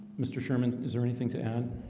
mr. sherman, is there anything to add?